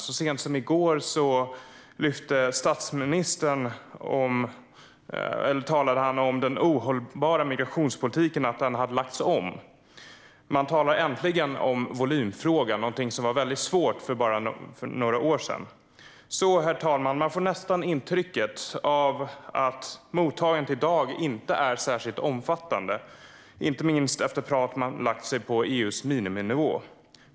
Så sent som i går talade statsministern om att den ohållbara migrationspolitiken hade lagts om. Man talar äntligen om volymfrågan, någonting som var väldigt svårt för bara några år sedan, herr talman. Man får nästan intrycket att mottagandet i dag inte är särskilt omfattande, inte minst efter prat om att man lagt sig på EU:s miniminivå.